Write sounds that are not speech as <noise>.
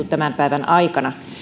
<unintelligible> tämän päivän aikana